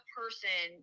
person